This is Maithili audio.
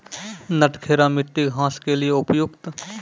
नटखेरा मिट्टी घास के लिए उपयुक्त?